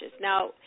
Now